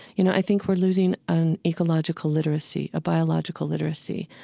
you know i think we're losing an ecological literacy, a biological literacy,